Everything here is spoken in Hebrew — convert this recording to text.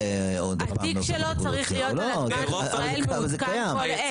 זה קיים.